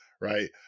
Right